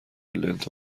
لنت